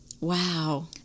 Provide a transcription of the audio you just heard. Wow